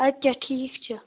اَدٕ کیٛاہ ٹھیٖک چھُ